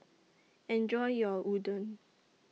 Enjoy your Udon